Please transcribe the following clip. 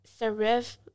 serif